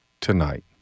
tonight